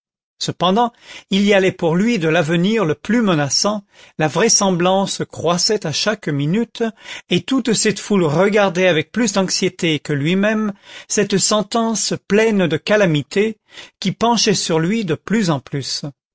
cependant il y allait pour lui de l'avenir le plus menaçant la vraisemblance croissait à chaque minute et toute cette foule regardait avec plus d'anxiété que lui-même cette sentence pleine de calamités qui penchait sur lui de plus en plus